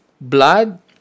blood